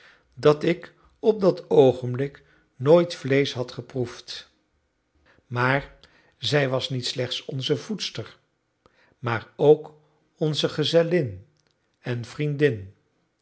dat ik op dat oogenblik nooit vleesch had geproefd maar zij was niet slechts onze voedster maar ook onze gezellin en vriendin